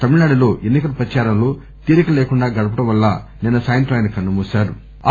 తమిళనాడులో ఎన్నికల ప్రదారంలో తీరిక లేకుండా గడపడం వల్ల నిన్న సాయంత్రం ఆయన కన్ను మూశారు